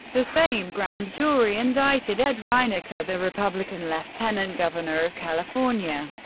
the same grand jury indicted ed reinecke, the republican lieutenant governor of california,